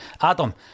Adam